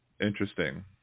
Interesting